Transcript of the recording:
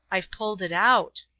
i've pulled it out.